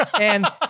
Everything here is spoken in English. And-